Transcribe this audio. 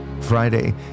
Friday